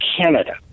Canada